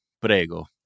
Prego